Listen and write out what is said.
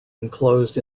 enclosed